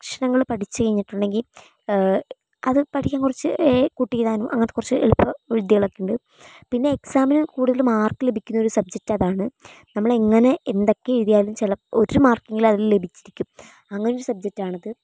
അക്ഷരങ്ങള് പഠിച്ച് കഴിഞ്ഞിട്ടുണ്ടെങ്കിൽ അതു പഠിക്കാന് കുറച്ച് കൂട്ടി എഴുതാനും അങ്ങനത്തെ കുറച്ച് എളുപ്പ വിദ്യകള് ഒക്കെ ഉണ്ട് പിന്നെ എക്സാമിന് കുടുതൽ മാര്ക്ക് ലഭിക്കുന്ന സബ്ജക്ട് അതാണ് നമ്മള് എങ്ങെനെ എന്തൊക്കെ എഴുതിയാലും ഒരു മാര്ക്ക് എങ്കിലും അതിനു ലഭിച്ചിരിക്കും അങ്ങനെ ഒരു സബ്ജക്ട് ആണത്